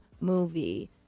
movie